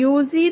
यू0